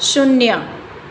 શૂન્ય